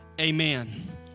amen